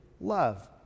love